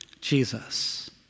Jesus